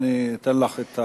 ואני אתן לך את,